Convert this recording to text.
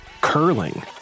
curling